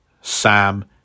Sam